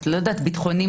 אז לא יודעת ביטחוני,